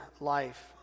life